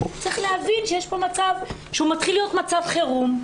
צריך להבין שיש פה מצב שהוא מתחיל להיות מצב חירום.